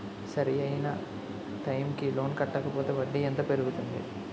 సరి అయినా టైం కి లోన్ కట్టకపోతే వడ్డీ ఎంత పెరుగుతుంది?